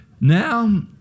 Now